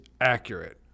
accurate